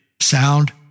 Sound